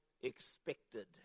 expected